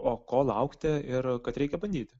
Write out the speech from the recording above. o ko laukti ir kad reikia bandyti